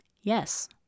Yes